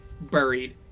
buried